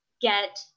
get